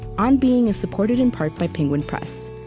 on being is supported in part by penguin press,